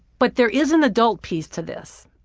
but there is an adult piece to this.